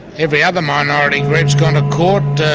every other minority group's gone to court. ah